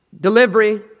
Delivery